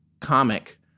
comic